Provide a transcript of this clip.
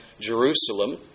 Jerusalem